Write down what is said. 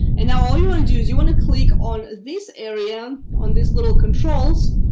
and now all you want to do is you want to click on this area on this little controls.